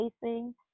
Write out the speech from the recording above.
facing